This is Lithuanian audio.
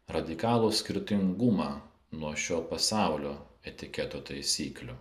radikalų skirtingumą nuo šio pasaulio etiketo taisyklių